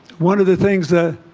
one of the things that